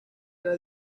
era